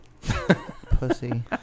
Pussy